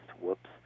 Whoops